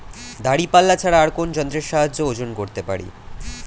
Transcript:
দাঁড়িপাল্লা ছাড়া আর কোন যন্ত্রের সাহায্যে ওজন করতে পারি?